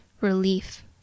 relief